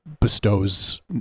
bestows